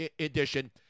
edition